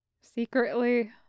Secretly